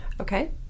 okay